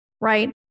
right